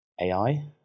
AI